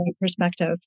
perspective